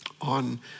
on